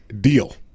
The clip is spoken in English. Deal